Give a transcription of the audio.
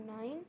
nine